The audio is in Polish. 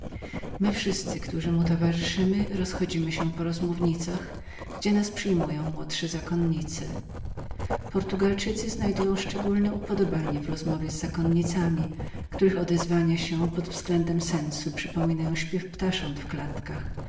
my wszyscy którzy mu towarzyszymy rozchodzimy się po różnych klauzurach gdzie nas przyjmują najmłodsze zakonnice portugalczycy mają szczególne upodobanie w rozmowie z zakonnicami która jednak co do sensu podobną jest do śpiewu ptasząt w klatkach